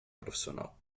profissional